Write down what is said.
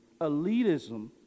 elitism